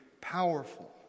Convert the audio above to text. powerful